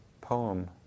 poem